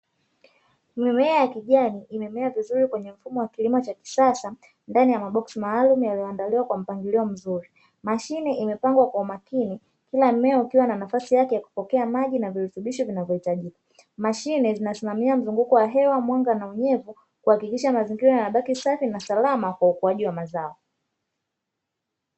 Mimea yakijani imemea vizuri kwenye mfumo wa kilimo cha kisasa, ndani ya maboksi maalumu yaliyoandaliwa kwa mpangilio mzuri. Mashine imepangwa kwa umakini kila mmea ukiwa na nafasi yake ya kuokea maji na virutubisho vinavyohitajika. Mashine zinasimamia mzunguko wa hewa, mwanga na unyevu kuhakikisha mazingira yanabaki safi na salama kwa ukuaji wa mazao.